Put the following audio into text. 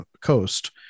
coast